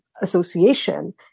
association